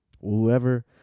Whoever